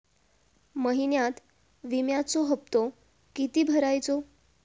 महिन्यात विम्याचो हप्तो किती भरायचो?